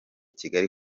kigali